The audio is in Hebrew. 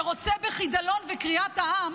שרוצה בחידלון וקריעת העם,